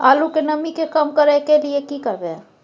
आलू के नमी के कम करय के लिये की करबै?